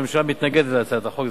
הממשלה מתנגדת להצעת החוק,